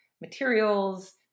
materials